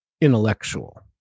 intellectual